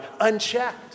unchecked